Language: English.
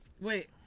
Wait